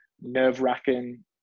nerve-wracking